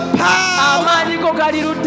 power